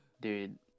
Dude